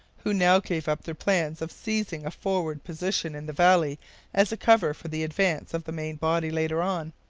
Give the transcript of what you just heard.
who now gave up their plan of seizing a forward position in the valley as a cover for the advance of the main body later on.